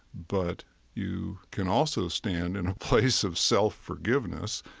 but you can also stand in a place of self-forgiveness,